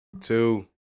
two